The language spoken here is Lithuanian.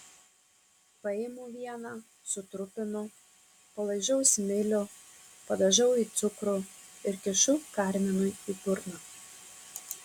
paimu vieną sutrupinu palaižau smilių padažau į cukrų ir kišu karminui į burną